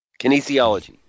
kinesiology